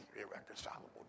irreconcilable